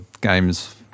games